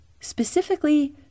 specifically